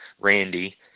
Randy